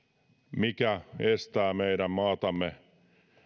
mikä estää meidän maatamme